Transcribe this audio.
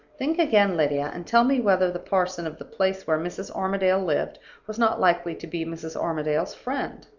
think again, lydia, and tell me whether the parson of the place where mrs. armadale lived was not likely to be mrs. armadale's friend?